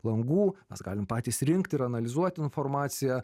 langų mes galim patys rinkti ir analizuoti informaciją